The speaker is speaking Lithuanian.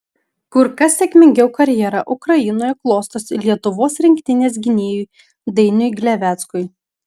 kur kas sėkmingiau karjera ukrainoje klostosi lietuvos rinktinės gynėjui dainiui gleveckui